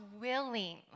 willing